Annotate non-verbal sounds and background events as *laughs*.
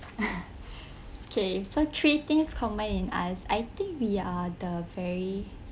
*laughs* okay so three things common in us I think we are the very